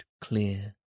clear